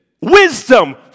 wisdom